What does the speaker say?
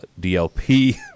DLP